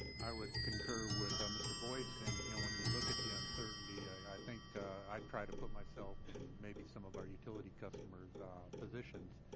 would concur with mr. boyce. and and when you look at the uncertainty, i think i try to put myself and maybe some of our utility customers' positions,